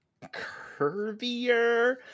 curvier